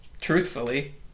truthfully